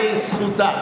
זו זכותה.